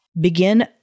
Begin